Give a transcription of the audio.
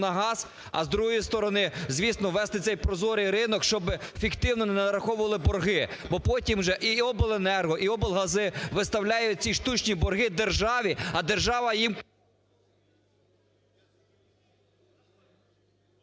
на газ, а з другої сторони, звісно, ввести цей прозорий ринок, щоби фіктивно не нараховували борги. Бо потім вже і обленерго, і облгази виставляють ці штучні борги державі, а держава їм...